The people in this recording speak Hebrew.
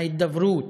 ההידברות.